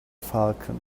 falcon